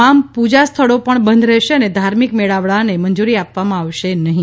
તમામ પૂજા સ્થળો પણ બંધ રહેશે અને ધાર્મિક મેળાવડાને મંજૂરી આપવામાં આવશે નહીં